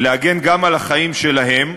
ולהגן גם על החיים שלהם,